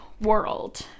world